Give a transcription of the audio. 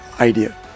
Idea